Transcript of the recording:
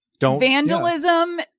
vandalism